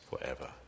forever